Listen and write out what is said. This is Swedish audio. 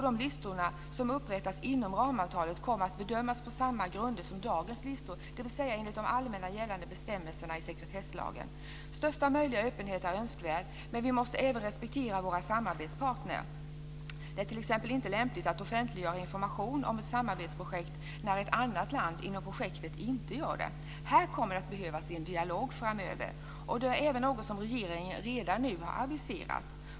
De listor som upprättas inom ramavtalet kommer att bedömas på samma grunder som dagens listor, dvs. enligt de allmänt gällande bestämmelserna i sekretesslagen. Största möjliga öppenhet är önskvärd, men vi måste även respektera våra samarbetspartner. Det är t.ex. inte lämpligt att offentliggöra information om ett samarbetsprojekt när ett annat land inom projektet inte gör det. Här kommer det att behövas en dialog framöver. Det är något som regeringen redan nu har aviserat.